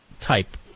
type